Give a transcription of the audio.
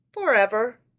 forever